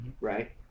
right